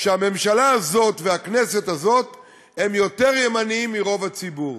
שהממשלה הזאת והכנסת הזאת הם יותר ימניים מרוב הציבור.